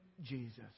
Jesus